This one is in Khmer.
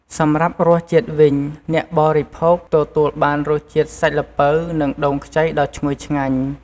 សម្រាប់រសជាតិវិញ អ្នកបរិភោគទទួលបានរសជាតិសាច់ល្ពៅ និងដូងខ្ចីដ៏ឈ្ងុយឆ្ងាញ់។